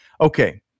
Okay